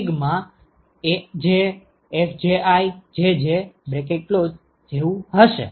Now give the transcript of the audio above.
તેથી qnetiAiFijJi AjFjiJj હશે